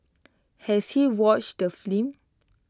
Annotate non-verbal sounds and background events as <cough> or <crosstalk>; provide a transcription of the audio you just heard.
has he watched the <unintelligible>